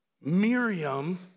Miriam